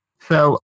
So-